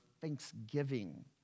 thanksgiving